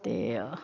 ते